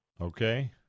Okay